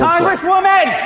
Congresswoman